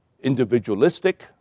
individualistic